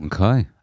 Okay